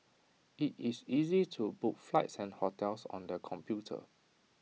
IT is easy to book flights and hotels on the computer